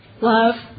love